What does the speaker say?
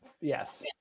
Yes